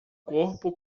corpo